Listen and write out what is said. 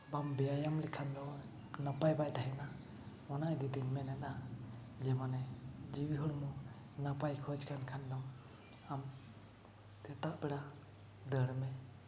ᱵᱟᱢ ᱵᱮᱭᱭᱟᱢ ᱞᱮᱠᱷᱟᱱ ᱫᱚ ᱱᱟᱯᱟᱭ ᱵᱟᱭ ᱛᱟᱦᱮᱱᱟ ᱚᱱᱟ ᱤᱫᱤᱛᱤᱧ ᱢᱮᱱᱮᱫᱟ ᱡᱮᱢᱚᱱᱮ ᱡᱤᱣᱤ ᱦᱚᱲᱢᱚ ᱱᱟᱯᱟᱭ ᱠᱷᱚᱡᱽ ᱠᱷᱟᱱ ᱫᱚᱢ ᱟᱢ ᱥᱮᱛᱟᱜ ᱵᱮᱲᱟ ᱫᱟᱹᱲᱢᱮ